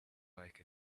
like